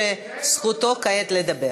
שזכותו כעת לדבר.